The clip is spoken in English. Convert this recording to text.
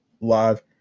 live